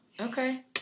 Okay